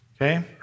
Okay